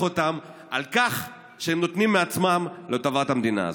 אותם על כך שהם נותנים מעצמם לטובת המדינה הזאת.